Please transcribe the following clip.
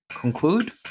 conclude